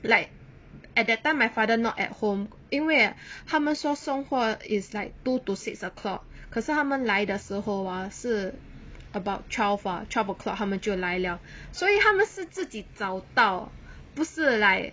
like at that time my father not at home 因为他们说送货 is like two to six o'clock 可是他们来的时候 ah 是 about twelve ah twelve o'clock 他们就来了所以他们是自己早到不是 like